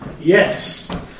Yes